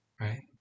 right